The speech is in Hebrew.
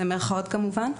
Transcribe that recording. במרכאות כמובן,